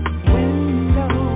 window